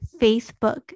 Facebook